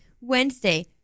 wednesday